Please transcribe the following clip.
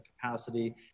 capacity